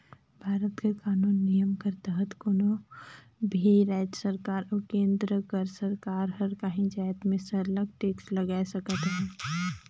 भारत कर कानूनी नियम कर तहत कोनो भी राएज सरकार अउ केन्द्र कर सरकार हर काहीं जाएत में सरलग टेक्स लगाए सकत अहे